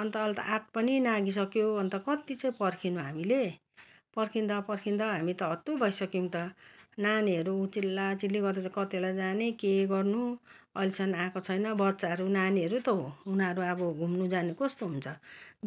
अन्त अहिले त आठ पनि नाघि सक्यो अन्त कति चाहिँ पर्खिनु हामीले पर्खदा पर्खदा हामी त हत्तु भइसक्यौँ त नानीहरू चिल्लाचिल्ली गर्दैछ कति बेला जाने के गर्नु अहिलेसम्म आएको छैन बच्चाहरू नानीहरू त हो उनीहरू अब घुम्नु जानु कस्तो हुन्छ